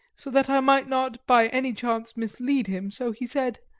so that i might not by any chance mislead him, so he said